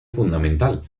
fundamental